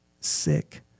sick